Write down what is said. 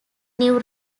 new